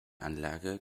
anlage